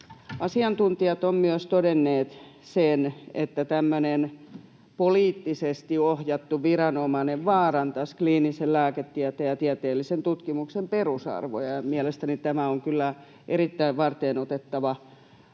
Asiantuntijat ovat myös todenneet sen, että tämmöinen poliittisesti ohjattu viranomainen vaarantaisi kliinisen lääketieteen ja tieteellisen tutkimuksen perusarvoja. Mielestäni tämä on kyllä tässä kohtaa erittäin varteenotettava